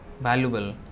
valuable